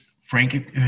Frank